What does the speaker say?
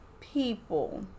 people